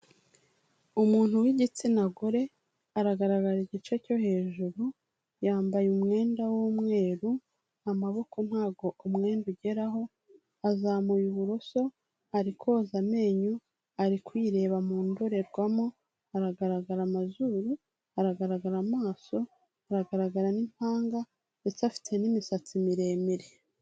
Umuntu w'igitsina gore aragaragara igice cyo hejuru, yambaye umwenda w'umweru, amaboko ntabwo umwenda ugeraho, azamuye uburoso, ari koza amenyo, ari kwireba mu indorerwamo, aragaragara amazuru, aragaragara amaso, aragaragara n'impanga ndetse afite n'imisatsi miremire.